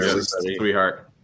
sweetheart